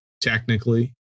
technically